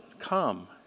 come